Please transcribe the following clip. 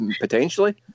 potentially